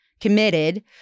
committed